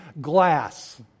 glass